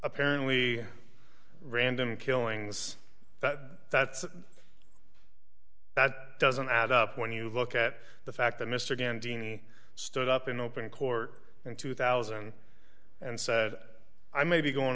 apparently random killings that that's that doesn't add up when you look at the fact that mr dandini stood up in open court in two thousand and said i may be going